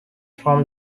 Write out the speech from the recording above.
from